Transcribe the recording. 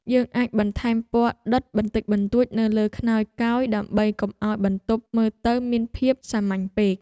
យើងអាចបន្ថែមពណ៌ដិតបន្តិចបន្តួចនៅលើខ្នើយកើយដើម្បីកុំឱ្យបន្ទប់មើលទៅមានភាពសាមញ្ញពេក។